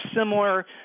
similar